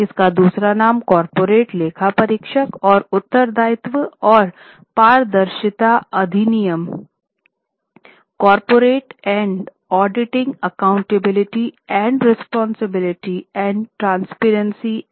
इसका दूसरा नाम कॉर्पोरेट लेखा परीक्षा और उत्तरदायित्व और पारदर्शिता अधिनियम है